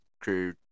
crew